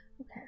Okay